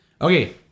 Okay